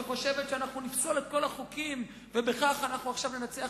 שחושבת: אנחנו נפסול את כל החוקים ובכך אנחנו ננצח.